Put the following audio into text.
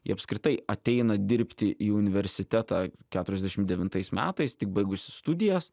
ji apskritai ateina dirbti į universitetą keturiasdešim devintais metais tik baigusi studijas